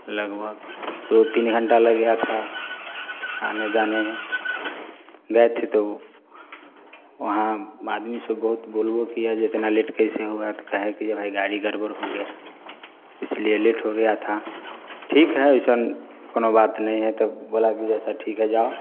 लगभग दो तीन घंटा लग गया था आने जाने में गए थे तो उफ वहाँ बादमी सब बोलबो किया जे इतना लेट कैसे हुआ तो कहे कि जे भाई गाड़ी गड़बड़ हो गया इसलिए लेट हो गया था ठीक है वैसन कोनो बात नहीं है तो बोला कि जे अच्छा ठीक है जाओ